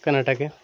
কর্নাটকে